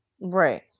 right